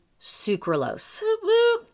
sucralose